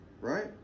right